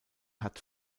hat